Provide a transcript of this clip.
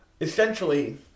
essentially